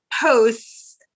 posts